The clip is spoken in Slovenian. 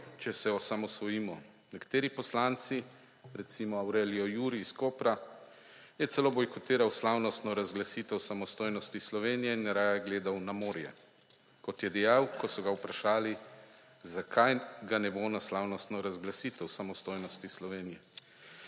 če se osamosvojimo. Nekateri poslanci, recimo, Aurelio Juri iz Kopra, so celo bojkotiral slavnostno razglasitev samostojnosti Slovenije in raje gledal na morje, kot je dejal, ko so ga vprašali, zakaj ga ne bo na slavnostno razglasitev samostojnosti Slovenije.